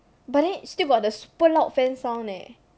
but then it still got the super loud fan sound leh